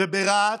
ברהט,